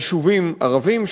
יישובים ערביים.